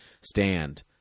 stand